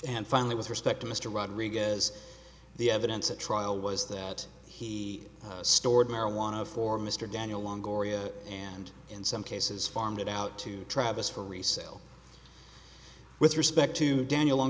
and finally with respect to mr rodriguez the evidence at trial was that he stored marijuana for mr daniel long oriya and in some cases farmed it out to travis for resale with respect to daniel